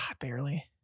barely